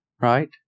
right